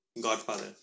Godfather